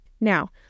Now